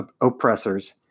oppressors